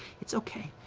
it's okay,